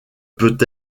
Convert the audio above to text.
peut